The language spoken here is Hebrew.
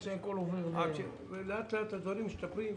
לאט, לאט, הדברים משתפרים.